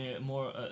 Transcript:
more